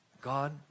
God